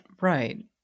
right